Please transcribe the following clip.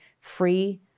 free